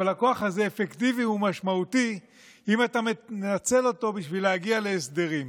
אבל הכוח הזה אפקטיבי ומשמעותי אם אתה מנצל אותו בשביל להגיע להסדרים.